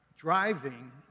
Driving